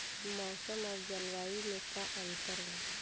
मौसम और जलवायु में का अंतर बा?